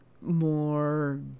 More